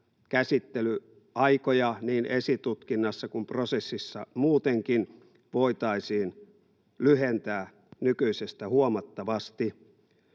käsittelyaikoja niin esitutkinnassa kuin prosessissa muutenkin voitaisiin lyhentää nykyisestä huomattavasti.